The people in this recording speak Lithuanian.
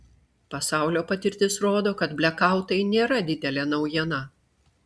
pasaulio patirtis rodo kad blekautai nėra didelė naujiena